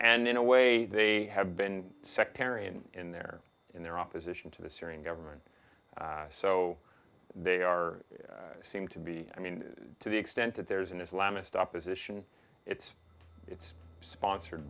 and in a way they have been sectarian in their in their opposition to the syrian government so they are seem to be i mean to the extent that there's an islamist opposition it's it's sponsored